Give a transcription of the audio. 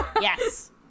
Yes